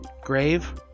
Grave